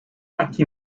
taki